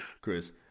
Chris